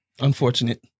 Unfortunate